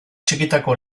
txikitako